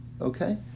okay